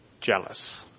jealous